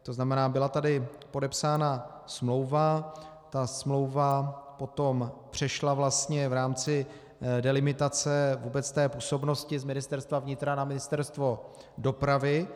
To znamená, byla tady podepsána smlouva, ta smlouva potom přešla vlastně v rámci delimitace vůbec té působnosti z Ministerstva vnitra na Ministerstvo dopravy.